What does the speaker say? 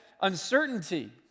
uncertainty